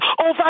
over